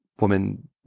woman